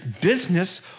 business